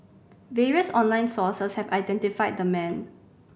various online sources have identified the man